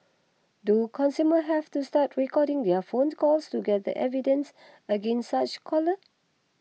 do consumers have to start recording their phone calls to gather evidence against such callers